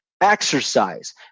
exercise